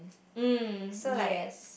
mm yes